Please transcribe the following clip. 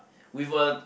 with a